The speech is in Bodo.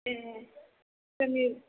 ए जोंनि